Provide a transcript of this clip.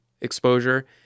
exposure